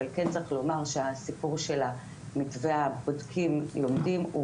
אבל צריך לומר שהסיפור של מתווה הבודקים לומדים הוא